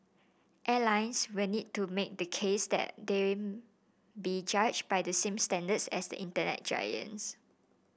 airlines will need to make the case that they be judged by the same standards as the Internet giants